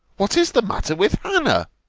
what is the matter with hannah?